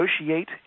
negotiate